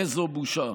איזו בושה.